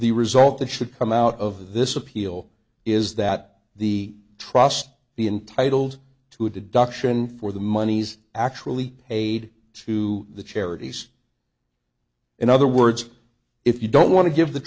the result that should come out of this appeal is that the trust the entitled to a deduction for the monies actually paid to the charities in other words if you don't want to give the